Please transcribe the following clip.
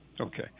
Okay